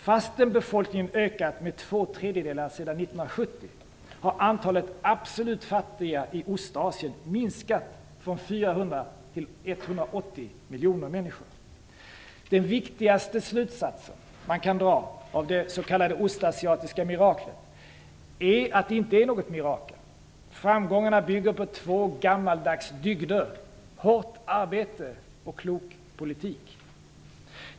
Fastän befolkningen i Ostasien har ökat med två tredjedelar sedan 1970 har antalet absolut fattiga minskat från 400 till 180 miljoner människor. Den viktigaste slutsats som man kan dra av det s.k. ostasiatiska miraklet är att det inte är något mirakel. Framgångarna bygger på två gammaldags dygder: hårt arbete och klok politik.